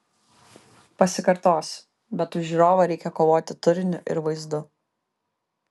pasikartosiu bet už žiūrovą reikia kovoti turiniu ir vaizdu